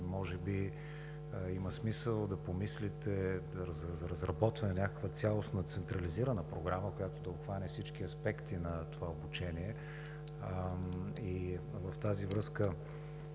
може би има смисъл да помислите за разработване на някаква цялостна централизирана програма, която да обхване всички аспекти на това обучение. И в тази връзка,